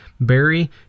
Barry